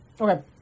Okay